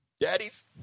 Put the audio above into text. Daddies